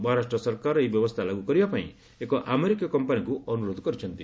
ମହାରାଷ୍ଟ୍ର ସରକାର ଏହି ବ୍ୟବସ୍ଥା ଲାଗୁ କରିବା ପାଇଁ ଏକ ଆମେରିକୀୟ କମ୍ପାନିକୁ ଅନୁରୋଧ କରିଛନ୍ତି